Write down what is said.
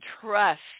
trust